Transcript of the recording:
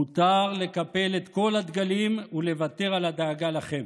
מותר לקפל את כל הדגלים ולוותר על הדאגה לכם.